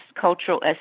cultural